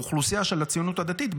על האוכלוסייה של הציונות הדתית,